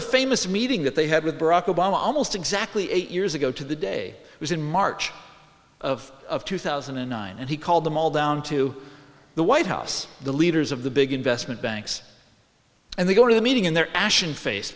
the famous meeting that they had with barack obama almost exactly eight years ago to the day was in march of two thousand and nine and he called them all down to the white house the leaders of the big investment banks and they go to the meeting in their ashen face